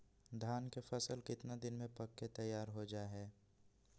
धान के फसल कितना दिन में पक के तैयार हो जा हाय?